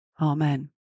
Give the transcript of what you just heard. Amen